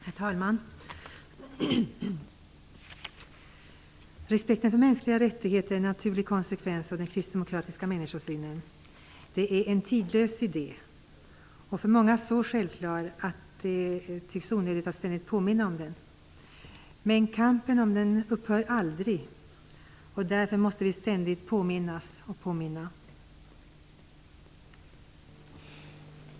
Herr talman! Respekten för mänskliga rättigheter är en naturlig följd av den kristdemokratiska människosynen. Det är en tidlös idé och för många så självklar att det tycks onödigt att ständigt påminna om den. Men kampen för den upphör aldrig. Därför måste vi ständigt påminnas och påminna om den.